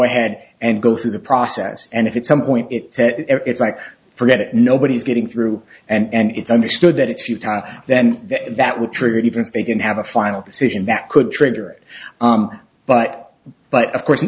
ahead and go through the process and if it's some point it's it's like forget it nobody's getting through and it's understood that if you time then that would trigger it even if they didn't have a final decision that could trigger but but of course